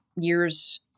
years